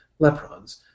leprons